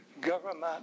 government